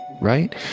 right